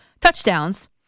touchdowns